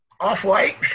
Off-white